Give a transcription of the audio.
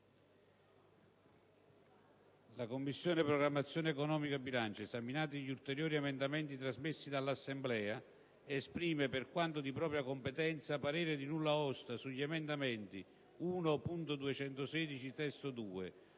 «La Commissione programmazione economica, bilancio, esaminati gli ulteriori emendamenti trasmessi dall'Assemblea, esprime per quanto di propria competenza, parere di nulla osta sugli emendamenti 1.216 (testo 2),